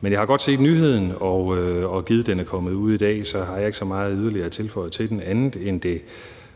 Men jeg har godt set nyheden, og eftersom den er kommet ud i dag, har jeg ikke så meget yderligere at tilføje til den andet end det